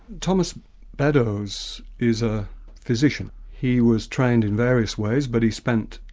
thomas beddoes is a physician. he was trained in various ways but he spent,